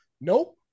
nope